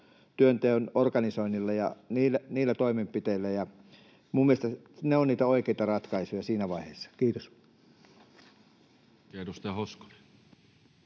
työnteon organisoinnilla ja niillä toimenpiteillä, ja minun mielestäni ne ovat niitä oikeita ratkaisuja siinä vaiheessa. — Kiitos.